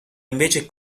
invece